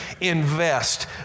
invest